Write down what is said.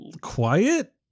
quiet